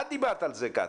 את דיברת על זה קטי.